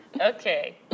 Okay